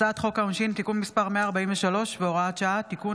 הצעת חוק העונשין (תיקון מס' 143 והוראת שעה) (תיקון),